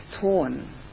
torn